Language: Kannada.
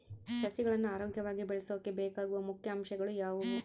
ಸಸಿಗಳನ್ನು ಆರೋಗ್ಯವಾಗಿ ಬೆಳಸೊಕೆ ಬೇಕಾಗುವ ಮುಖ್ಯ ಅಂಶಗಳು ಯಾವವು?